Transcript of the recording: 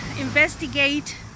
investigate